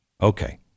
Okay